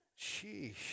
Sheesh